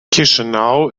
chișinău